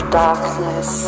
darkness